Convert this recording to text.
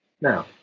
Now